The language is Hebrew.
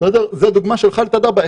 זאת הדוגמה של חאלת א-דבע,